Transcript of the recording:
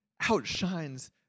outshines